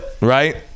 right